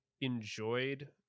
enjoyed